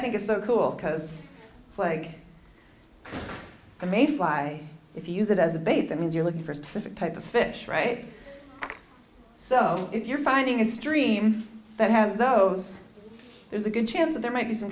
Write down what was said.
think is so cool because it's like i'm a fly if you use it as a bait that means you're looking for a specific type of fish right so if you're finding a stream that has those there's a good chance that there might be some